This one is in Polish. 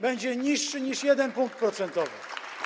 Będzie niższy niż 1 punkt procentowy.